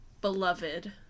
Beloved